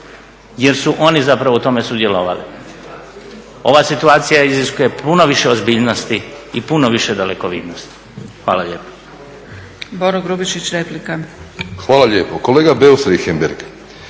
jer su oni zapravo u tome sudjelovali. Ova situacija iziskuje puno više ozbiljnosti i puno više dalekovidnosti. Hvala lijepa.